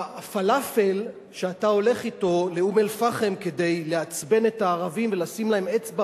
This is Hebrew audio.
הפלאפל שאתה הולך אתו באום-אל-פחם כדי לעצבן את הערבים ולשים להם אצבע